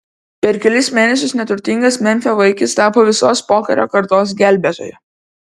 per kelis mėnesius neturtingas memfio vaikis tapo visos pokario kartos gelbėtoju